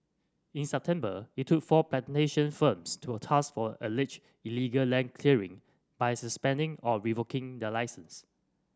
in September it took four plantation firms to a task for alleged illegal land clearing by suspending or revoking their licence